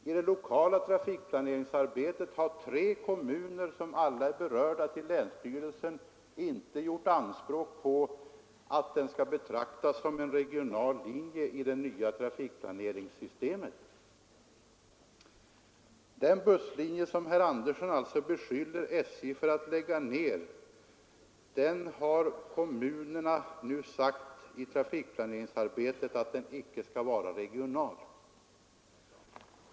I det lokala trafikplaneringsarbetet har de tre kommuner som är berörda hos länsstyrelsen inte gjort anspråk på att denna bussförbindelse skall betraktas som en regional linje i det nya trafikplaneringssystemet. Herr Andersson beskyller alltså SJ för att lägga ned en regional busslinje, medan kommunerna nu i trafikplaneringsarbetet har sagt att den icke skall vara regional.